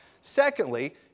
Secondly